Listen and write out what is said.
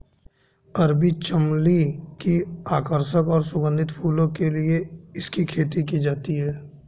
अरबी चमली की आकर्षक और सुगंधित फूलों के लिए इसकी खेती की जाती है